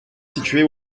située